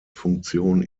funktion